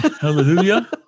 Hallelujah